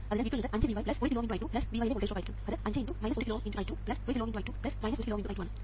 അതിനാൽ V2 എന്നത് 5 Vy 1 കിലോΩ × I2 Vy ലെ വോൾട്ടേജ് ഡ്രോപ്പ് ആയിരിക്കും അത് 5 × 1 കിലോΩ × I2 1 കിലോΩ × I2 1 കിലോΩ × I2 ആണ്